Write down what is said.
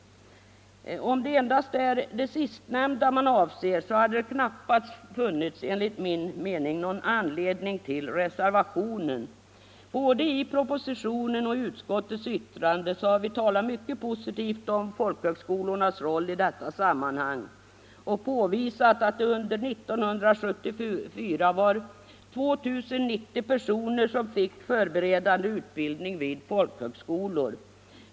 Om det endast är detta sistnämnda man avser, hade det enligt min mening knappast funnits någon anledning till reservationen. Både i propositionen och i utskottets yttrande sägs det mycket positivt om folkhögskolornas roll i detta sammanhang. I utskottets betänkande har vi påvisat att det under 1974 var 2 090 personer som fick förberedande utbildning vid folkhögskolor.